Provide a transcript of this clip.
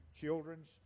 children's